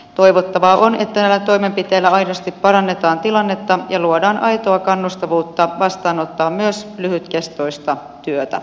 toivottavaa on että näillä toimenpiteillä aidosti parannetaan tilannetta ja luodaan aitoa kannustavuutta vastaanottaa myös lyhytkestoista työtä